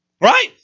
Right